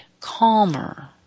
calmer